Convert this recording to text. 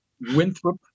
Winthrop